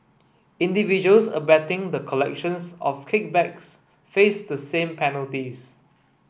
individuals abetting the collections of kickbacks face the same penalties